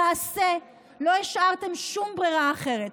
למעשה, לא השארתם שום ברירה אחרת.